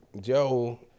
Joe